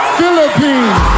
Philippines